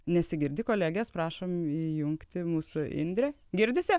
nesigirdi kolegės prašom įjungti mūsų indrė girdisi